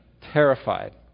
terrified